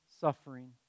suffering